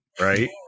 Right